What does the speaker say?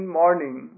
morning